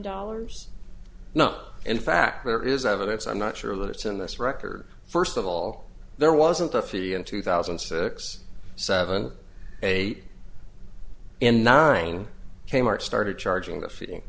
dollars not in fact there is evidence i'm not sure that it's in this record first of all there wasn't a fee in two thousand and six seven eight and nine kmart started charging the feeling